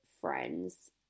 friends